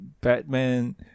Batman